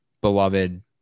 beloved